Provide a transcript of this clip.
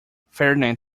ferdinand